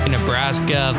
Nebraska